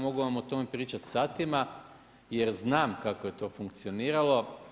Mogu vam o tome pričati satima jer znam kako je to funkcioniralo.